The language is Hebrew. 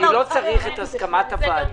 אני לא צריך את הסכמת הוועדה,